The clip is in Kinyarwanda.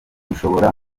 ushobora